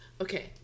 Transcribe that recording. Okay